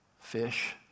fish